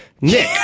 Nick